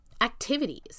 activities